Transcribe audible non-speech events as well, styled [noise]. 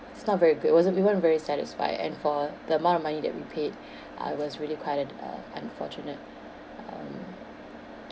it's not very good it wasn't we weren't very satisfied and for the amount of money that we paid [breath] I was really quite an uh unfortunate um